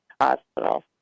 hospital